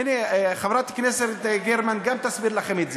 הנה, חברת הכנסת גרמן גם תסביר לכם את זה,